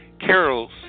Carol's